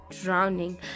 drowning